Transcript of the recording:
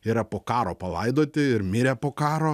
yra po karo palaidoti ir mirė po karo